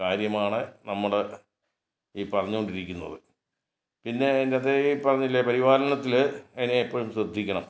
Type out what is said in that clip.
കാര്യമാണ് നമ്മൾ ഈ പറഞ്ഞു കൊണ്ടിരിക്കുന്നത് പിന്നെ അതിൻ്റെ അകത്തെ ഈ പറഞ്ഞില്ലേ പരിപാലനത്തിൽ അതിനെ എപ്പോഴും ശ്രദ്ധിക്കണം